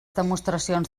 demostracions